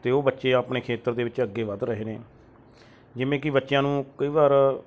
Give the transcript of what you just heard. ਤੇ ਉਹ ਬੱਚੇ ਆਪਣੇ ਖੇਤਰ ਦੇ ਵਿੱਚ ਅੱਗੇ ਵੱਧ ਰਹੇ ਨੇ ਜਿਵੇਂ ਕਿ ਬੱਚਿਆਂ ਨੂੰ ਕਈ ਵਾਰ